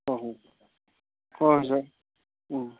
ꯑꯍꯣꯏ ꯍꯣꯏ ꯍꯣꯏ ꯁꯥꯔ ꯎꯝ